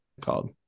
called